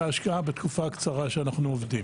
ההשקעה בתקופה הקצרה שאנחנו עובדים.